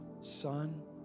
Son